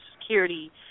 security